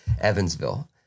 Evansville